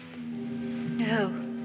No